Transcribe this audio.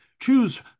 Choose